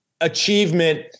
achievement